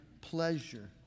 pleasure